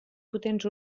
potents